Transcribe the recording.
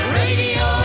radio